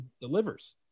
delivers